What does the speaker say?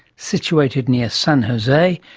situated near san jose,